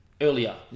earlier